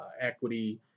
equity